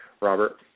Robert